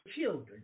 children